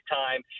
time